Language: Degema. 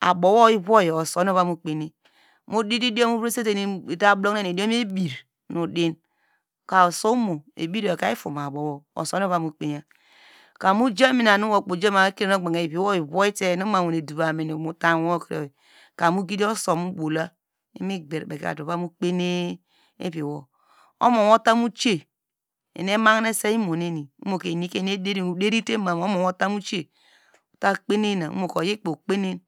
abowo ivoyi aso ovamu kpene, udite idiomiyor ovresete nu iblohine nu ebir uso ka uso omo ebir yorka ifo mabuwo kamu iviwo ivor uso, omowo utamu tiye, eni emahine se imoneni takpenena omuka oweikpe okpene.